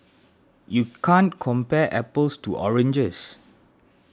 you can't compare apples to oranges